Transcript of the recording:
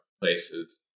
places